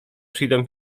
przyjdą